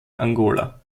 angola